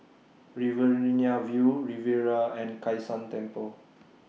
Riverina View Riviera and Kai San Temple